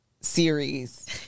Series